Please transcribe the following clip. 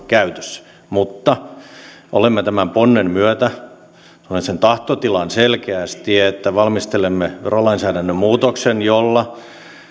käytössä mutta tämän ponnen myötä tunnen sen tahtotilan selkeästi valmistelemme verolainsäädännön muutoksen jolla